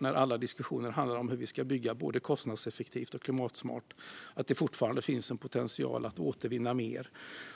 När alla diskussioner handlar om hur vi ska bygga både kostnadseffektivt och klimatsmart bekymrar det oss att det fortfarande finns en potential att återvinna mer